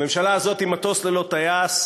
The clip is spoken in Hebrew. הממשלה הזאת היא מטוס ללא טייס,